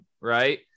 right